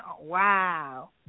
Wow